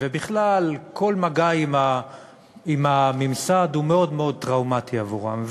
ובכלל כל מגע עם הממסד הוא מאוד מאוד טראומטי עבורם,